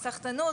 סחטנות,